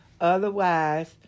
Otherwise